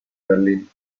berlín